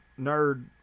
nerd